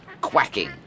quacking